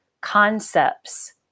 concepts